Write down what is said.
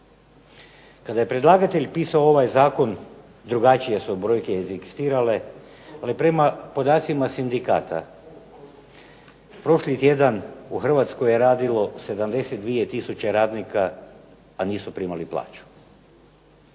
Kada je predlagatelj pisao ovaj zakon drugačije su brojke egzistirale, ali prema podacima sindikata prošli tjedan u Hrvatskoj je radilo 72 tisuće radnika, a nisu primali plaću.